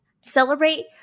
celebrate